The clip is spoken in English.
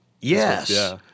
Yes